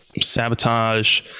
sabotage